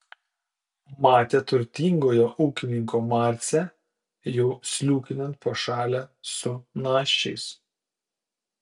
matė turtingojo ūkininko marcę jau sliūkinant pašale su naščiais